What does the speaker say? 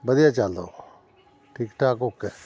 ਵਧੀਆ ਚੱਲਦਾ ਉਹ ਠੀਕ ਠਾਕ ਓਕੇ